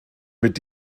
mit